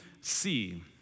see